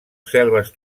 selves